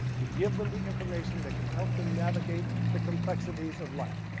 to give them the information that can help them navigate the complexities of life.